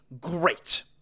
Great